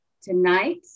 Tonight